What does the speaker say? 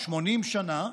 80 שנה,